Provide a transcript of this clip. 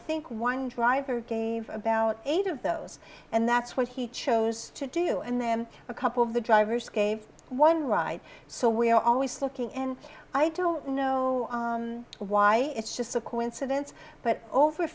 think one driver gave about eight of those and that's what he chose to do and them a couple of the drivers gave one ride so we are always looking and i don't know why it's just a coincidence but over